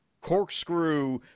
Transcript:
corkscrew